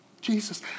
Jesus